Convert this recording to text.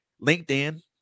linkedin